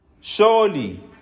Surely